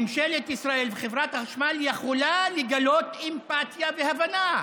ממשלת ישראל וחברת החשמל יכולות לגלות אמפתיה והבנה.